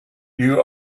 you